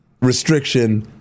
restriction